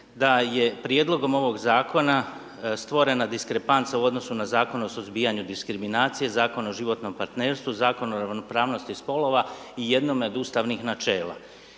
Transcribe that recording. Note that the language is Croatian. da je prijedlogom ovog zakona stvorena diskrepanca u odnosu na Zakon o suzbijanju diskriminacije, Zakon o životnom partnerstvu, Zakon o ravnopravnosti spolova i jednome od ustavnih načela.